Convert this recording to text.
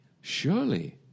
surely